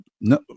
no